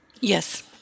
Yes